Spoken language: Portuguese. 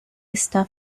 está